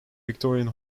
victorian